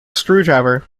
screwdriver